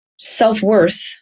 self-worth